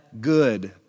good